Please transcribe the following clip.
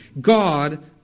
God